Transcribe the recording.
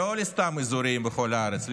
ולא לסתם אזורים בכל הארץ,